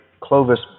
Clovis